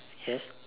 yes